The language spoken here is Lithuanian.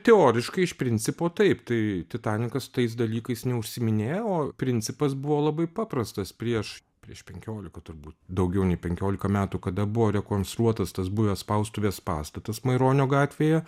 teoriškai iš principo taip tai titanikas su tais dalykais neužsiiminėja o principas buvo labai paprastas prieš prieš penkiolika turbūt daugiau nei penkiolika metų kada buvo rekonstruotas tas buvęs spaustuvės pastatas maironio gatvėje